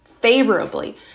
favorably